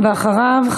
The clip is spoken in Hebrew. ואחריו,